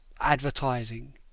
advertising